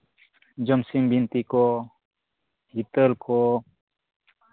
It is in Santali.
ᱡᱚᱢ ᱥᱤᱢ ᱵᱤᱱᱛᱤ ᱠᱚ ᱦᱤᱛᱟᱹᱞ ᱠᱚ